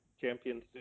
champions